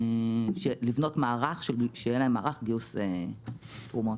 לבנות להם מערך גיוס תרומות.